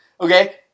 okay